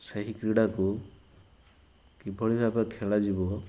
ସେହି କ୍ରୀଡ଼ାକୁ କିଭଳି ଭାବେ ଖେଳାଯିବ